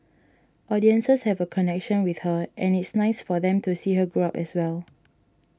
audiences have a connection with her and it's nice for them to see her grow up as well